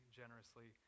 generously